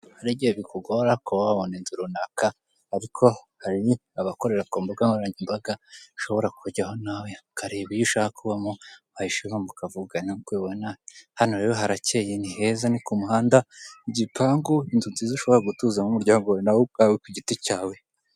Hari igihe bikugora kuba wabone inzu runaka ariko hari abakorera ku mbuga nkoranyambaga ushobora kuryaho nawe ukareba iyo ushaka kubamo wayishima mukavugana hano nkuko ubibona hano rero harakeye niheza ni ku muhanda, igipangu inzu nziza ushobora gutuzamo umuryango nawe ubwawe ku giti cyawe.